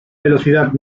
velocidad